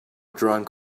drunk